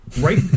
right